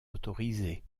autorisée